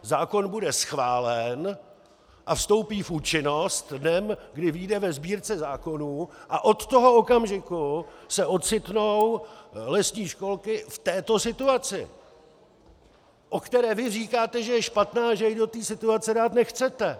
Zákon bude schválen a vstoupí v účinnost dnem, kdy vyjde ve Sbírce zákonů, a od toho okamžiku se ocitnou lesní školky v této situaci, o které vy říkáte, že je špatná a že je do této situace dát nechcete.